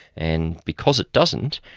and because it doesn't,